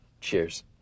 cheers